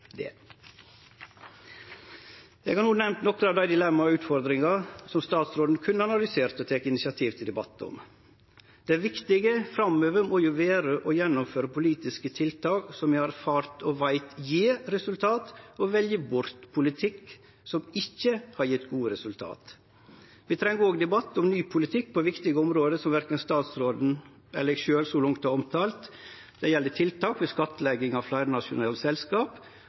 det. Eg har no nemnt nokre av dei dilemmaa og utfordringane som utanriksministeren kunne ha analysert og teke initiativ til debatt om. Det viktige framover må jo vere å gjennomføre politiske tiltak som vi har erfart og veit gjev resultat, og velje bort politikk som ikkje har gjeve gode resultat. Vi treng òg debatt om ein ny politikk på viktige område – som verken utanriksministeren eller eg sjølv har omtala så langt. Det gjeld tiltak ved skattlegging av fleirnasjonale selskap